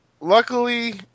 luckily